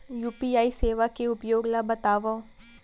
UPI सेवा के उपयोग ल बतावव?